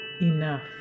enough